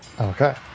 okay